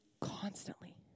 constantly